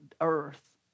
earth